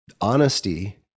Honesty